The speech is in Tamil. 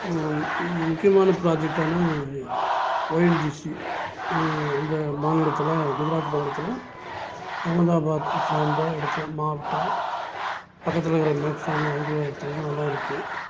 மு முக்கியமான ப்ராஜெக்ட்டான ஓஎன்ஜிசி அந்த மாநிலத்தில் குஜராத் மாநிலத்தில் அஹமதாபாத் சார்ந்த இடத்துல மாவட்டம் பக்கத்தில் இருக்கிற மேக்ஸ்ஸான அலுவலகத்தில் நல்லா இருக்குது